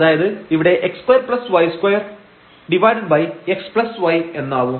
അതായത് ഇവിടെ x2y2|x||y| എന്നാവും